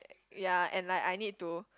yea and like I need to